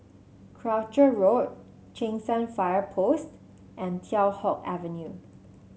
Croucher Road Cheng San Fire Post and Teow Hock Avenue